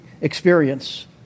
experience